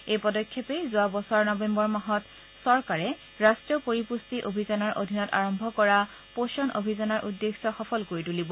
এই পদক্ষেপে যোৱা বছৰ নৱেম্বৰ মাহত চৰকাৰে ৰাষ্ট্ৰীয় পৰিপুষ্টি অভিযানৰ অধীনত আৰম্ভ কৰা পোখন অভিযানৰ উদ্দেশ্যক সফল কৰিব তুলিব